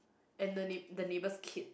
and the neigh~ the neighbour's kid